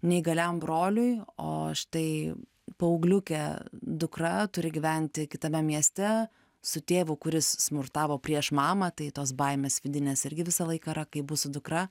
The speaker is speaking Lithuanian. neįgaliam broliui o štai paaugliukė dukra turi gyventi kitame mieste su tėvu kuris smurtavo prieš mamą tai tos baimės vidinės irgi visą laiką kaip bus su dukra